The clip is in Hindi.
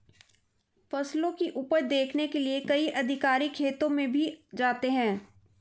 फसलों की उपज देखने के लिए कई अधिकारी खेतों में भी जाते हैं